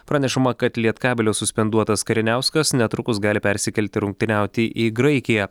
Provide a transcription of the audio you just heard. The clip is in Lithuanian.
pranešama kad lietkabelio suspenduotas kariniauskas netrukus gali persikelti rungtyniauti į graikiją